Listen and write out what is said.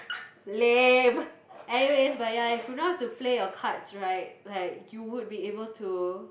lame anyways but ya if you know how to play your cards right like you would be able to